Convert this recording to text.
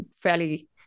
fairly